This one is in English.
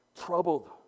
troubled